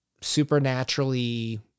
supernaturally